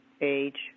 age